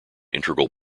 integral